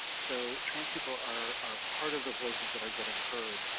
so trans people are are part of the voices that are getting heard,